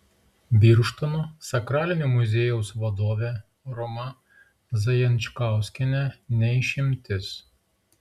birštono sakralinio muziejaus vadovė roma zajančkauskienė ne išimtis